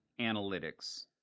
analytics